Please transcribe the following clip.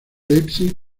leipzig